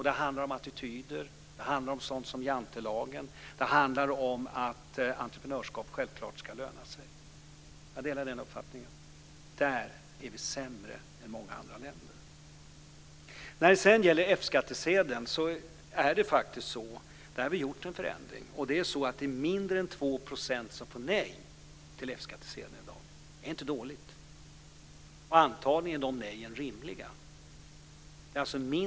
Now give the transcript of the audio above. Det handlar om attityder, det handlar om sådant som Jantelagen och det handlar om att entreprenörskap självklart ska löna sig. Jag delar den uppfattningen. Där är vi sämre än många andra länder. När det sedan gäller F-skattsedeln har vi faktiskt gjort en förändring. Det är mindre än 2 % som får nej till F-skattsedel i dag. Det är inte dåligt. Antagligen är de nejen rimliga.